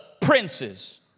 princes